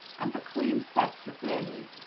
and the queen said severely,